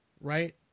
Right